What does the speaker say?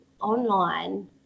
online